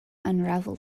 unravel